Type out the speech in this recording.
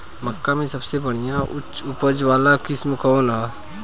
मक्का में सबसे बढ़िया उच्च उपज वाला किस्म कौन ह?